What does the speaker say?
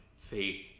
Faith